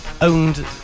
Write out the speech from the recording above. owned